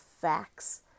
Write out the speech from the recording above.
facts